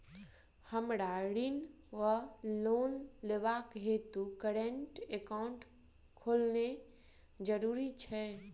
हमरा ऋण वा लोन लेबाक हेतु करेन्ट एकाउंट खोलेनैय जरूरी छै?